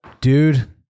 dude